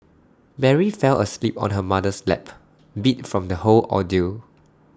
Mary fell asleep on her mother's lap beat from the whole ordeal